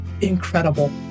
incredible